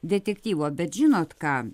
detektyvo bet žinot ką